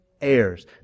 heirs